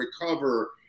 recover